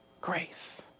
grace